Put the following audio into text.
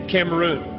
Cameroon